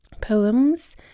poems